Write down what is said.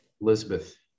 Elizabeth